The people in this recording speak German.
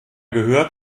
gehört